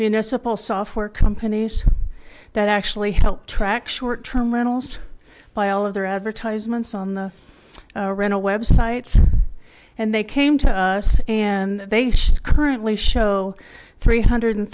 municipal software companies that actually help track short term rentals by all of their advertisements on the rental website and they came to us and they should current ly show three hundred and